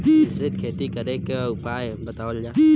मिश्रित खेती करे क उपाय बतावल जा?